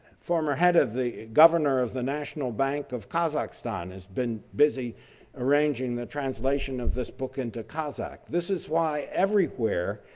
former head of the governor of the national bank of kazakhstan has been busy arranging the translation of this book into kazakh. this is why everywhere,